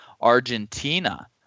Argentina